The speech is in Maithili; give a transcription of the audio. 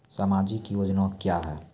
समाजिक योजना क्या हैं?